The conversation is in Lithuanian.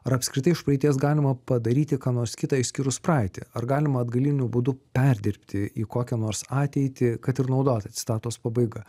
ar apskritai iš praeities galima padaryti ką nors kitą išskyrus praeitį ar galima atgaliniu būdu perdirbti į kokią nors ateitį kad ir naudotą citatos pabaiga